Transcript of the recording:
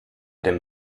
dem